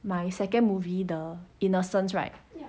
my second movie the innocence right